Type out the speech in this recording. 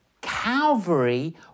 Calvary